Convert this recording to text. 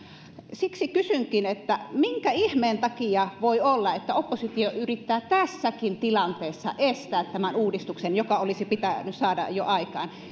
siksi kysynkin minkä ihmeen takia voi olla että oppositio yrittää tässäkin tilanteessa estää tämän uudistuksen joka olisi pitänyt jo saada aikaan